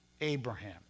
Abraham